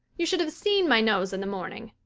you should have seen my nose in the morning.